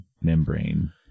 membrane